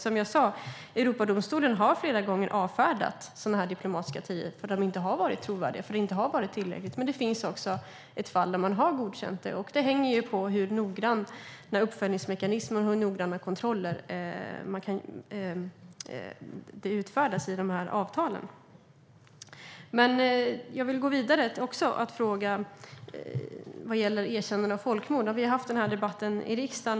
Som jag sa: Europadomstolen har flera gånger avfärdat sådana här diplomatiska garantier därför att de inte har varit trovärdiga, därför att det inte har varit tillräckligt. Men det finns också ett fall där man har godkänt det. Det hänger på hur noggranna uppföljningsmekanismer och hur noggranna kontroller avtalen innebär. Jag vill gå vidare och ställa en fråga vad gäller erkännande av folkmord. Vi har haft den debatten i riksdagen.